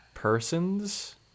persons